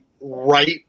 right